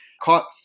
Caught